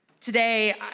Today